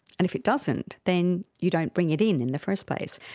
and if it doesn't, then you don't bring it in in the first place.